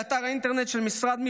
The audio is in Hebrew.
באתר האינטרנט של המשרד,